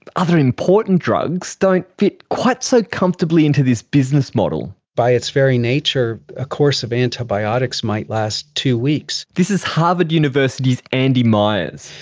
other important drugs don't fit quite so comfortably into this business model. by its very nature, a course of antibiotics might last two weeks. this is harvard university's andy myers.